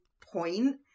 point